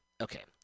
Okay